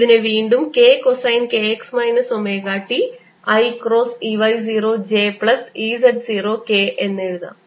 ഇതിനെ വീണ്ടും k cosine k x minus omega t i cross E y 0 j plus E z 0 k എന്നെഴുതാം